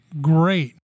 great